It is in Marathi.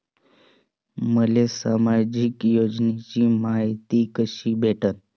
मले सामाजिक योजनेची मायती कशी भेटन?